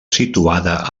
situada